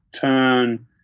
turn